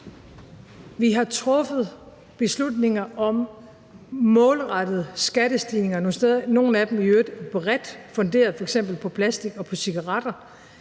Vi har truffet beslutninger om målrettede skattestigninger nogle steder – nogle af dem i øvrigt bredt funderet f.eks. på plastik og cigaretter